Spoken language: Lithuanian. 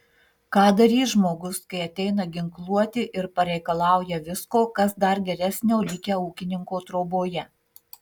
ką darys žmogus kai ateina ginkluoti ir pareikalauja visko kas dar geresnio likę ūkininko troboje